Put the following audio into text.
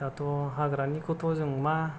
दाथ' हाग्रानिखौथ' जों मा